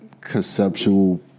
conceptual